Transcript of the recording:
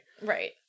Right